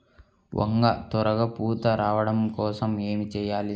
వంగ త్వరగా పూత రావడం కోసం ఏమి చెయ్యాలి?